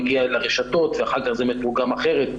מגיע לרשתות ואחר כך זה מתורגם אחרת.